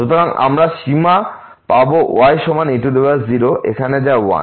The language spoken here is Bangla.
সুতরাং আমরা সীমাপাব y সমান e0 এখানে যা 1